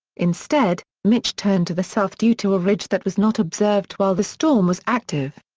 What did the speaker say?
instead, mitch turned to the south due to a ridge that was not observed while the storm was active.